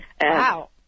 Wow